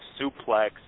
suplex